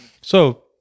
So-